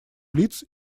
лиц